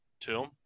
Two